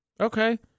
Okay